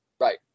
Right